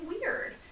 weird